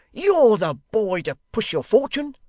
you're the boy to push your fortune.